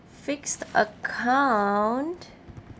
fixed account